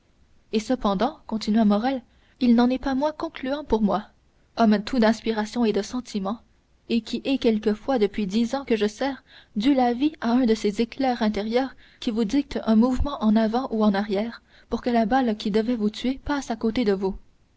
et cependant continua morrel il n'en est pas moins concluant pour moi homme tout d'inspiration et de sentiment et qui ai quelquefois depuis dix ans que je sers dû la vie à un de ces éclairs intérieurs qui vous dictent un mouvement en avant ou en arrière pour que la balle qui devait vous tuer passe à côté de vous